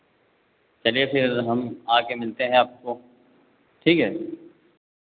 चलिए फिर हम आके मिलते हैं आपको ठीक है